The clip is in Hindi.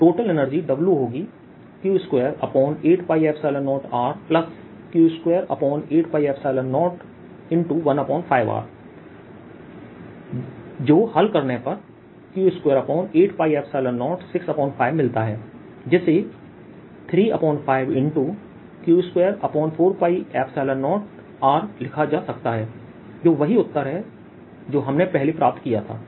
तो टोटल एनर्जी W होगी Q28π0RQ28π015R हल करने पर Q28π065 मिलता है जिसे 35Q24π0Rलिखा जा सकता है जो वही उत्तर है जो हमने पहले प्राप्त किया था